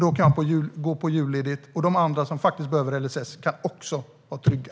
Då kan vi gå på julledighet med vetskapen om att de andra som behöver LSS också kan vara trygga.